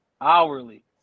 hourly